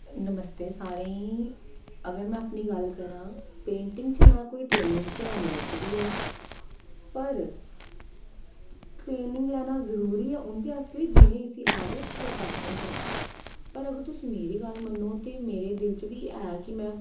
नमस्ते सारें ईं अगर में अपनी गल्ल करां पेंटिंग च में कोई ट्रेनिंग ते ऐनी लैती दी ऐ पर ट्रेनिंग लैना जरूरी ऐ उंदे आस्तै जि'नें इसी एज़ ए प्रोफेशन चलाना ऐ पर अगर तुस मेरी गल्ल मन्नो ते मेरे दिल च बी ऐ कि में